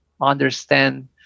understand